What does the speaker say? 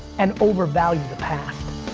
and overvalue the past.